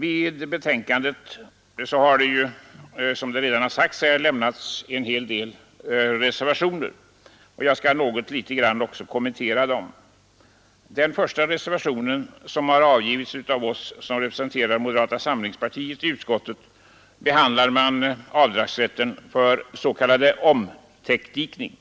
Vid betänkandet är, som redan har nämnts, fogade en hel del reservationer, som jag vill något kommentera. Den första reservationen, som avgivits av moderata samlingspartiets utskottsledamöter, behandlar avdragsrätten för s.k. omtäckdikning.